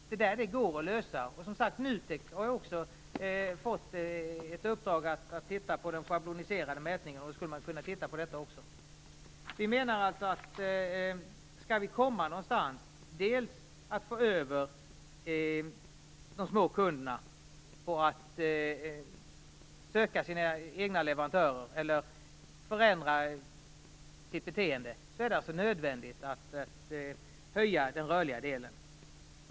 Det går att lösa detta. NUTEK har, som sagt, fått i uppdrag att se över den schabloniserade mätningen och skulle kunna titta närmare också på detta. För att vi skall komma någon vart och få de små kunderna att söka egna leverantörer - dvs. få dem att ändra sitt beteende - är det alltså nödvändigt att höja den rörliga avgiften.